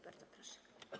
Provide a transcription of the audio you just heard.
Bardzo proszę.